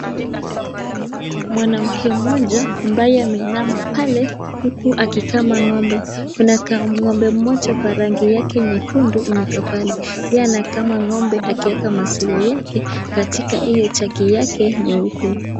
Mwanamke mmoja ambaye ameinama pale huku akikama ng'ombe. Kuna ng'ombe mmoja kwa rangi yake nyekundu imekaa pale. Yeye anakama ng'ombe akiweka maziwa yake katika hiyo jagi yake nyeupe.